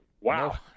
Wow